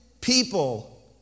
people